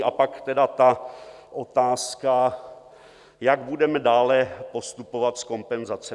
A pak tedy otázka, jak budeme dále postupovat s kompenzacemi.